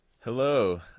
Hello